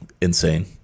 Insane